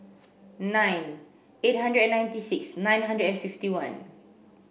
nine eight hundred and ninety six nine hundred and fifty one